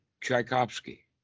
Tchaikovsky